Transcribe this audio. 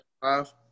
five